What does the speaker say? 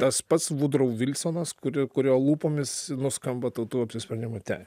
tas pats vudrou vilsonas kuri kurio lūpomis nuskamba tautų apsisprendimo tei